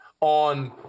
on